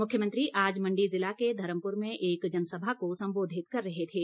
मुख्यमंत्री आज मण्डी ज़िला के धर्मपुर में एक जनसभा को संबोधित कर रहे थे